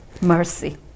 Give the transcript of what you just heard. Mercy